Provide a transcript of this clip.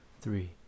three